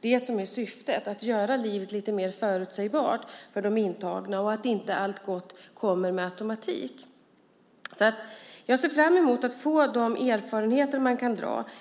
det som är syftet, alltså att göra livet lite mer förutsägbart för de intagna och få dem att inse att allt gott inte kommer med automatik. Jag ser fram emot de erfarenheter man kommer att göra av detta.